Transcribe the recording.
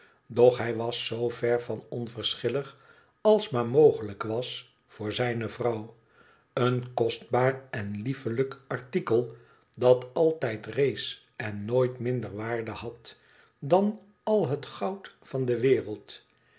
doch hij was zoo ver van onverschillig als maar mogelijk was voor zijne vrouw een kostbaar en liefelijk artikel dat altijd rees en nooit minder waarde had dan al het goud van de wereld